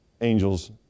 angels